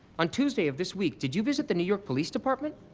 on tuesday of this week, did you visit the new york police department?